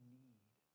need